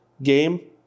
game